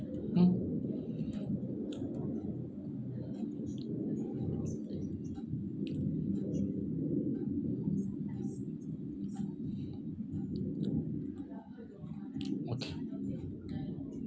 mm okay